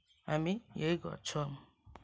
हामी यही गर्छौँ